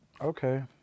okay